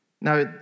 Now